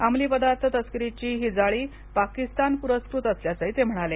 अमली पदार्थ तस्करीची ही जाळी पाकिस्तानपुरस्कृत असल्याचंही ते म्हणाले